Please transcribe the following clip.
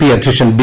P അധ്യക്ഷൻ B